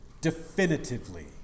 definitively